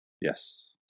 Yes